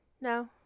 no